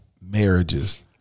marriages